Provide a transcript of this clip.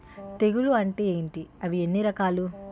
తెగులు అంటే ఏంటి అవి ఎన్ని రకాలు?